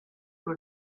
were